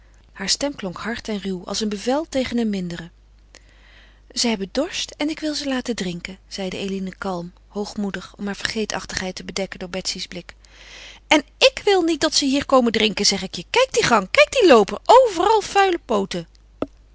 haar stem klonk hard en ruw als een bevel tegen een mindere ze hebben dorst en ik wil ze laten drinken zeide eline kalm hoogmoedig om haar vergeetachtigheid te bedekken voor betsy's blik en ik wil niet dat ze hier komen drinken zeg ik je kijk die gang kijk dien looper overal vuile pooten